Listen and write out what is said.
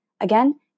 Again